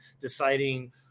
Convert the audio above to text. deciding